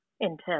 intense